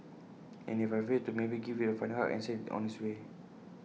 and if I failed to maybe give IT A final hug and send IT on its way